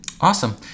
awesome